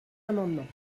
amendements